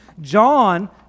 John